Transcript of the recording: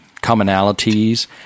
commonalities